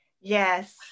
Yes